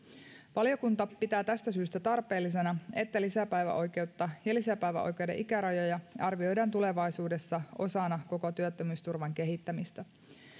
valiokunta pitää tästä syystä tarpeellisena että lisäpäiväoikeutta ja lisäpäiväoikeuden ikärajoja arvioidaan tulevaisuudessa osana koko työttömyysturvan kehittämistä